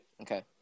Okay